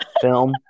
film